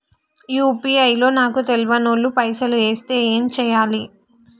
UPI లో నాకు తెల్వనోళ్లు పైసల్ ఎస్తే ఏం చేయాలి?